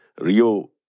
Rio